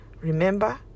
Remember